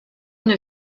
une